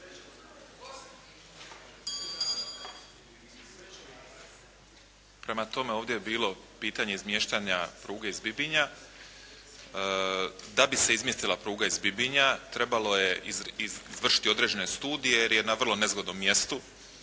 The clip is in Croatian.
prema tome, ovdje je bilo pitanje izmještanja pruge iz Bibinja. Da bi se izmjestila pruga iz Bibinja, trebalo je izvršiti određene studije jer je na vrlo nezgodnom mjestu,